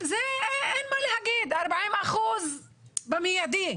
זה אין מה להגיד, 40% במיידי.